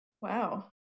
Wow